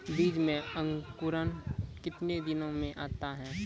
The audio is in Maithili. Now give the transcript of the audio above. बीज मे अंकुरण कितने दिनों मे आता हैं?